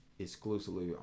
exclusively